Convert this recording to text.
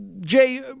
Jay